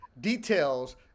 Details